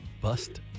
Bust